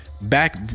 Back